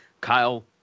Kyle